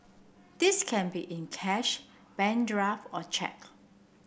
this can be in cash bank draft or cheque